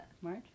march